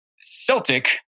Celtic